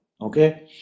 okay